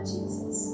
Jesus